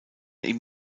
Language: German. ihm